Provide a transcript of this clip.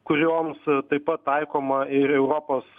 kurioms taip pat taikoma ir europos